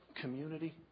community